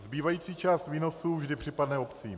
Zbývající část výnosu vždy připadne obcím.